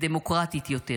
ודמוקרטית יותר.